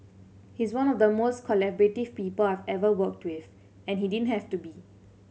he's one of the most collaborative people I've ever worked with and he didn't have to be